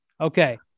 Okay